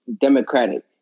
Democratic